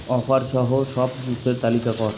অফারসহ সব জুসের তালিকা কর